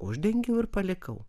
uždengiau ir palikau